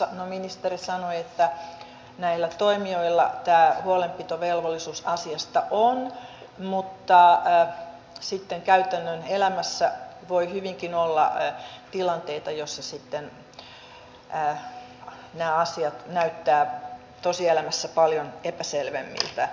no ministeri sanoi että näillä toimijoilla tämä huolenpitovelvollisuus asiasta on mutta sitten käytännön elämässä voi hyvinkin olla tilanteita joissa sitten nämä asiat näyttävät tosielämässä paljon epäselvemmiltä